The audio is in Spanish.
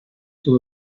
todo